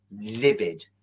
Livid